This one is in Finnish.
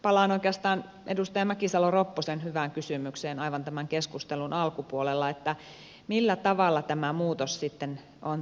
palaan oikeastaan edustaja mäkisalo ropposen hyvään kysymykseen aivan tämän keskustelun alkupuolelta millä tavalla tämä muutos sitten on tehtävissä